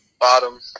bottom